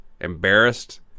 embarrassed